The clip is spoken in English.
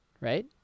right